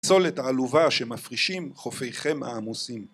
‫הפסולת העלובה שמפרישים ‫חופיכם העמוסים.